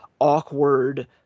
awkward